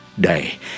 day